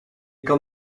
kan